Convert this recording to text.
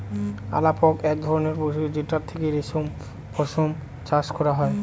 আলাপক এক ধরনের পশু যেটার থেকে রেশম পশম চাষ করা হয়